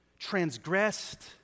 Transgressed